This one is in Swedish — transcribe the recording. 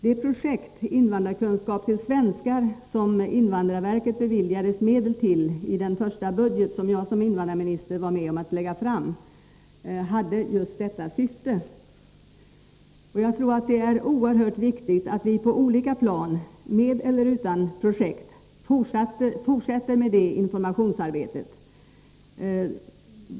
Det projekt, invandrarkunskap till svenskar, som invandrarverket beviljades medel till i den första budget som jag som invandrarminister var med om att lägga fram hade just detta syfte. Jag tror att det är oerhört viktigt att vi på olika plan med eller utan projekt fortsätter med det informationsarbetet.